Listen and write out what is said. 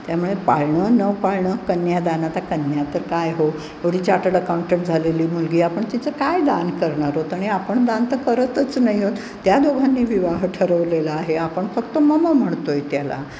त्यामुळे पाळणं न पाळणं कन्यादान आता कन्या तर काय हो एवढी चार्टड अकाऊंटंट झालेली मुलगी आपण तिचं काय दान करणार आहोत आणि आपण दान तर करतच नाही आहोत त्या दोघांनी विवाह ठरवलेला आहे आपण फक्त मम म्हणतो आहे त्याला